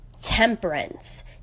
temperance